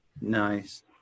Nice